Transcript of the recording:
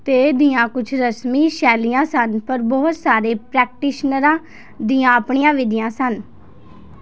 ਤੇ ਦੀਆਂ ਕੁਝ ਰਸਮੀ ਸ਼ੈਲੀਆਂ ਸਨ ਪਰ ਬਹੁਤ ਸਾਰੇ ਪ੍ਰੈਕਟੀਸ਼ਨਰਾਂ ਦੀਆਂ ਆਪਣੀਆਂ ਵਿਧੀਆਂ ਸਨ